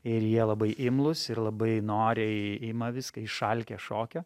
ir jie labai imlūs ir labai noriai ima viską išalkę šokio